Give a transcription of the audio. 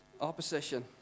opposition